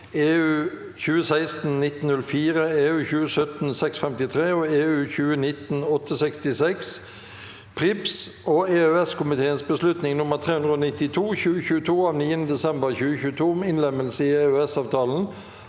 (EU) 2016/ 1904, (EU) 2017/653 og (EU) 2019/1866 (PRIIPs) og EØS- komiteens beslutning nr. 329/2022 av 9. desember 2022 om innlemmelse i EØS-avtalen